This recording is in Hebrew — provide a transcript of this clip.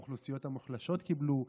האוכלוסיות המוחלשות קיבלו.